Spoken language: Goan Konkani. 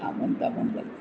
थामोन थामोन जालें